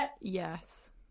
yes